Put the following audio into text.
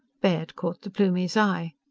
baird caught the plumie's eye.